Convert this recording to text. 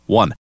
one